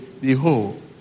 behold